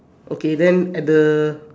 okay then at the